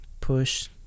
push